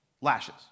lashes